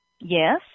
Yes